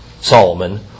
Solomon